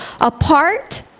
apart